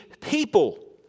people